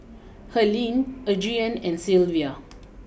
Helaine Adrienne and Sylvia